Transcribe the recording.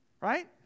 right